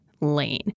lane